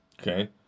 Okay